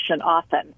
often